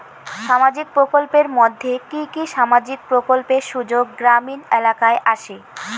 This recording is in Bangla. সামাজিক প্রকল্পের মধ্যে কি কি সামাজিক প্রকল্পের সুযোগ গ্রামীণ এলাকায় আসে?